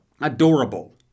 adorable